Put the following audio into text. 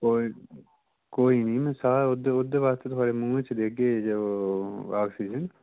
कोई कोई नि में साह् ओहदे ओह्दे बास्तै में थुआढ़े मुहें च देगे जे ओह् आक्सीजन